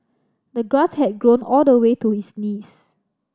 the grass had grown all the way to his knees